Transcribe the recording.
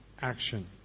action